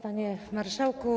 Panie Marszałku!